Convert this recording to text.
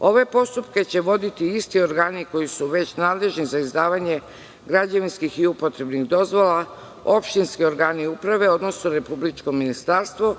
Ove postupke će voditi isti organi koji su već nadležni za izdavanje građevinskih i upotrebnih dozvola, opštinski organi uprave, odnosno republičko ministarstvo,